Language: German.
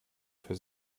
für